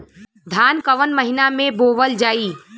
धान कवन महिना में बोवल जाई?